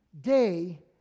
day